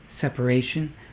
separation